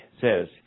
says